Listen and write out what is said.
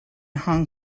hong